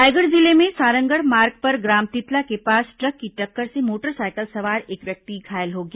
रायगढ़ जिले में सारंगढ़ मार्ग पर ग्राम तितला के पास ट्रक की टक्कर से मोटर साइकिल सवार एक व्यक्ति घायल हो गया